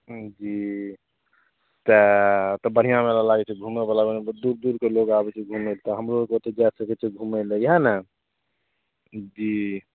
हूँ जी तैँ तऽ बढ़िआँ मेला लागय छै घुमयवला ओइमे दूर दूरके लोग आबय छै घुमय लए तऽ हमरो सबके जए सकय छियै घुमय लए इएह ने जी